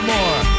more